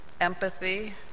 empathy